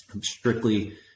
strictly